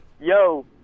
yo